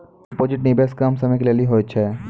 Deposit निवेश कम समय के लेली होय छै?